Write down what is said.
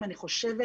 אני חושבת